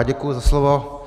Děkuji za slovo.